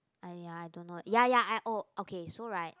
!aiya! I don't know ya ya I oh okay so right